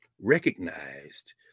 recognized